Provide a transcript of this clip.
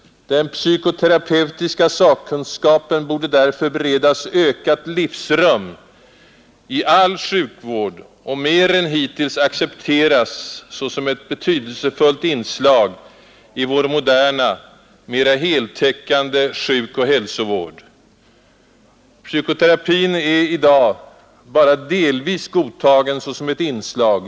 Den psykoterapeutiska sakkunskapen borde därför beredas ökat livsrum i all sjukvård och mer än hittills accepteras såsom ett betydelsefull inslag i vår moderna mera heltäckande sjukoch hälsovård. Men psykoterapin är i dag bara delvis godtagen såsom ett sådant inslag.